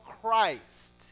Christ